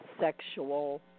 sexual